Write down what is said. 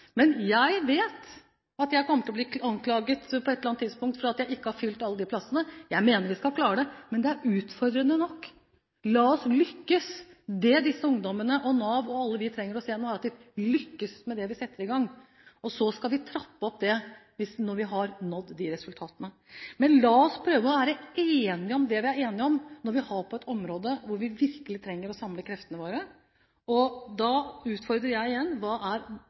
Jeg vet at jeg på et eller annet tidspunkt kommer til å bli anklaget for at alle disse plassene ikke er fylt. Jeg mener vi skal klare det, men det er utfordrende nok. La oss lykkes. Det disse ungdommene og Nav – vi alle – trenger å se nå, er at de lykkes med det vi setter i gang. Så skal vi trappe dette opp når vi har oppnådd disse resultatene. La oss prøve å være enige om det vi er enige om, på et område hvor vi virkelig trenger å samle kreftene våre. Jeg utfordrer igjen: Hva er